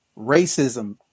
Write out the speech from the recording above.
racism